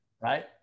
right